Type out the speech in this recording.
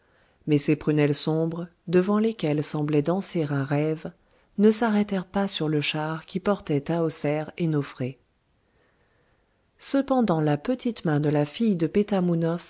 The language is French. mais ses prunelles sombres devant lesquelles semblait danser un rêve ne s'arrêtèrent pas sur le char qui portait tahoser et nofré cependant la petite main de la fille de